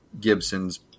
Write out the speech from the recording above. Gibson's